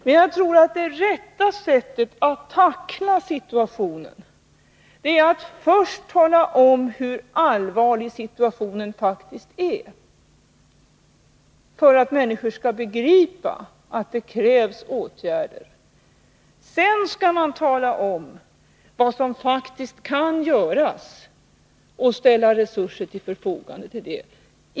Men jag tror att det rätta sättet att tackla situationen är att först tala om hur illa det faktiskt står till för att människor skall begripa att det krävs åtgärder. Sedan skall man tala om vad som kan göras och ställa resurser till förfogande för det.